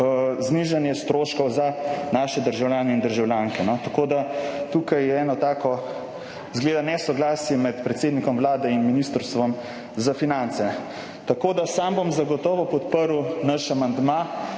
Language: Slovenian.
znižanje stroškov za naše državljane in državljanke. Tako da je tukaj eno tako, izgleda, nesoglasje med predsednikom Vlade in Ministrstvom za finance. Tako da bom sam zagotovo podprl naš amandma,